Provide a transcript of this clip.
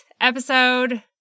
episode